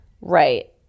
Right